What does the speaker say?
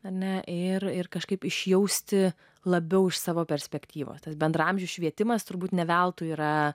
ane ir ir kažkaip išjausti labiau iš savo perspektyvos tas bendraamžių švietimas turbūt ne veltui yra